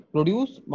Produce